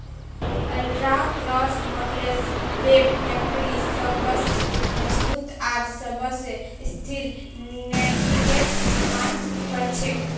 ultra cross knotless web factory सबस मजबूत आर सबस स्थिर नेटिंगेर निर्माण कर छेक